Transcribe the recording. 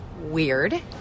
weird